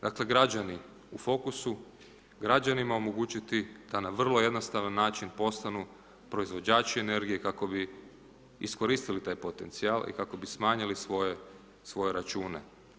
Dakle građani u fokusu građanima omogućiti da na vrlo jednostavan način postanu proizvođači energije kako bi iskoristili taj potencijal i kako bi smanjili svoje račune.